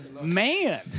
Man